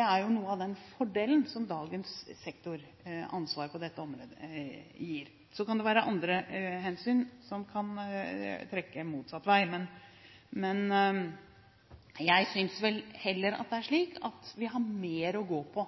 er jo noe av den fordelen som dagens sektoransvar på dette området gir. Så kan det være andre hensyn som kan trekke motsatt vei. Men jeg synes vel heller at det er slik at vi har mer å gå på